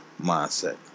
mindset